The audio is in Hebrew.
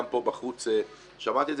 גם פה בחוץ שמעתי את זה.